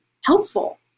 helpful